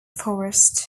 forest